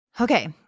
Okay